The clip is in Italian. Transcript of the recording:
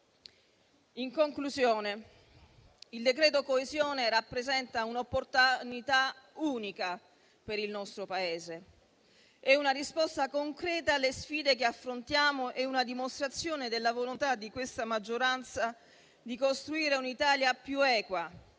In conclusione, il decreto coesione rappresenta un'opportunità unica per il nostro Paese, una risposta concreta alle sfide che affrontiamo e una dimostrazione della volontà di questa maggioranza di costruire un'Italia più equa,